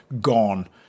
gone